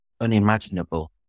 unimaginable